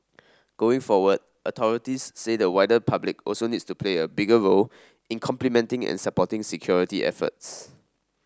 going forward authorities say the wider public also needs to play a bigger role in complementing and supporting security efforts